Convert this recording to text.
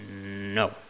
no